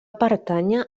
pertànyer